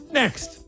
next